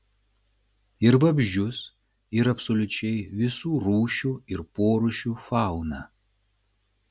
ir vabzdžius ir absoliučiai visų rūšių ir porūšių fauną